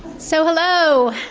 so hello